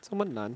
这么难